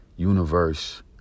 universe